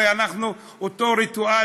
הרי אותו ריטואל,